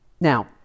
Now